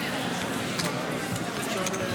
נמצא?